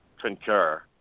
concur